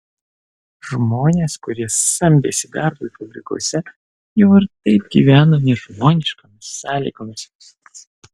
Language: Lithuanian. žmonės kurie samdėsi darbui fabrikuose jau ir taip gyveno nežmoniškomis sąlygomis